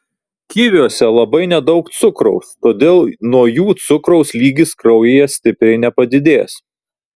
kiviuose labai nedaug cukraus todėl nuo jų cukraus lygis kraujyje stipriai nepadidės